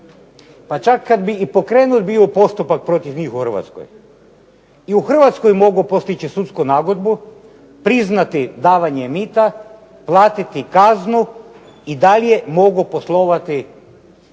Pa čak kada bi pokrenut bio postupak protiv njih u Republici Hrvatskoj i u Hrvatskoj mogu postići sudsku nagodbu, priznati davanje mita, platiti kaznu i dalje mogu poslovati sukladno